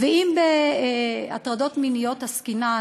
ואם בהטרדות מיניות עסקינן,